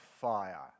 fire